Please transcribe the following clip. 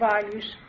values